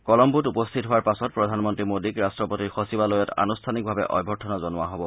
কলম্বোত উপস্থিত হোৱাৰ পাছত প্ৰধানমন্ত্ৰী মোদীক ৰট্টপতিৰ সচিবালয়ত আনুষ্ঠানিকভাৱে অভ্যৰ্থনা জনোৱা হ'ব